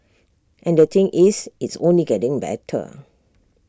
and the thing is it's only getting better